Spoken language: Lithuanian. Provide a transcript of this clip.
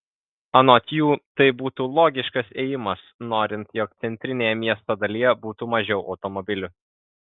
anot jų tai būtų logiškas ėjimas norint jog centrinėje miesto dalyje būtų mažiau automobilių